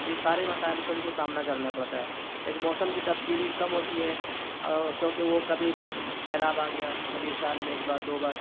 تو یہ سارے مسائل سے ان کو سامنا کرنے پڑتا ہے لیکن موسم کی تبدیلی کم ہوتی ہے کیونکہ وہ کبھی سیلاب آ گیا کبھی سال میں ایک بار دو بار